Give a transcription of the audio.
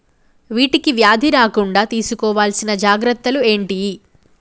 వీటికి వ్యాధి రాకుండా తీసుకోవాల్సిన జాగ్రత్తలు ఏంటియి?